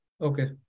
okay